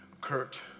Kurt